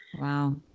Wow